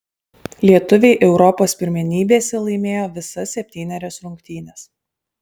lietuviai europos pirmenybėse laimėjo visas septynerias rungtynes